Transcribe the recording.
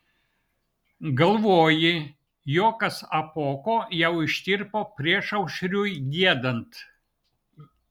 galvoji juokas apuoko jau ištirpo priešaušriui giedant